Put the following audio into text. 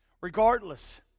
Regardless